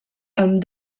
amb